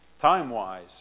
Time-wise